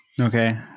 Okay